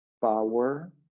power